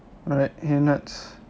alright eh Nads